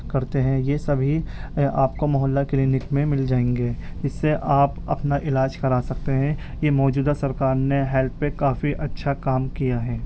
کرتے ہیں یہ سبھی آپ کو محلہ کلینک میں مل جائیں گے اس سے آپ اپنا علاج کرا سکتے ہیں یہ موجودہ سرکار نے ہیلتھ پہ کافی اچھا کام کیا ہے